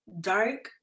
dark